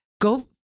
Go